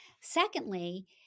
Secondly